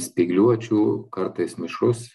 spygliuočių kartais mišrus